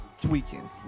tweaking